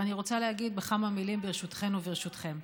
אני רוצה להגיד בכמה מילים, ברשותכן וברשותכם.